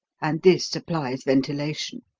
and this supplies ventilation.